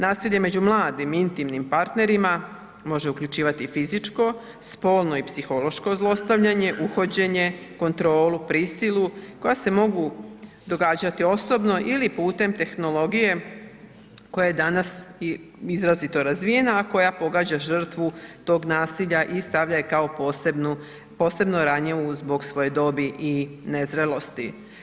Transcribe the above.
Nasilje među mladim intimnim partnerima može uključivati i fizičko, spolno i psihološko zlostavljanje, uhođenje, kontrolu, prisilu koja se mogu događati osobno ili putem tehnologije koja je danas izrazito razvijena, a koja pogađa žrtvu tog nasilja i stavlja je kao posebnu, posebno ranjivu zbog svoje dobi i nezrelosti.